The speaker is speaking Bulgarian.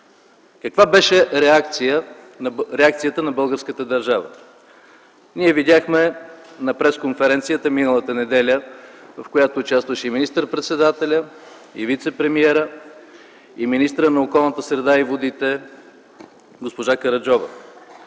Каква беше реакцията на българската държава? Ние видяхме на пресконференцията миналата неделя, в която участваха и министър-председателят, и вицепремиерът, и министърът на околната среда и водите госпожа Караджова,